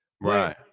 Right